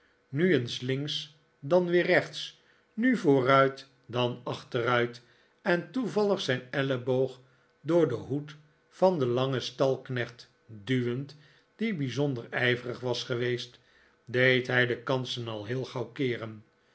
nu eens links dan weer rechts nu vooruit dan achteruit en toevallig zijn elleboog door den hoed van den langsten stalknecht duwend die bijzonder ijverig was geweest deed hij de kansen al heel gauw keeren